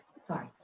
Sorry